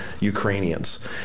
Ukrainians